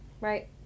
Right